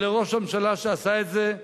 ולראש הממשלה שעשה את זה,